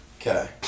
Okay